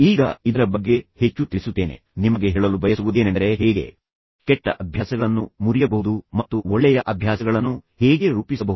ಈಗ ನಾನು ಇದರ ಬಗ್ಗೆ ಹೆಚ್ಚು ತಿಳಿಸುತ್ತೇನೆ ನಾನು ನಿಮಗೆ ಹೇಳಲು ಬಯಸುವುದೇನೆಂದರೆ ನೀವು ಹೇಗೆ ಕೆಟ್ಟ ಅಭ್ಯಾಸಗಳನ್ನು ಮುರಿಯಬಹುದು ಮತ್ತು ಒಳ್ಳೆಯ ಅಭ್ಯಾಸಗಳನ್ನು ಹೇಗೆ ರೂಪಿಸಬಹುದು